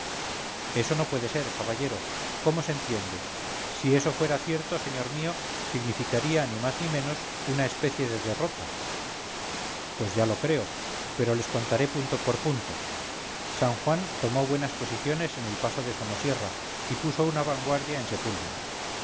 eso no puede ser caballero cómo se entiende si eso fuera cierto señor mío significaría ni más ni menos una especie de derrota pues ya lo creo pero les contaré punto por punto san juan tomó buenas posiciones en el paso de somosierra y puso una vanguardia en sepúlveda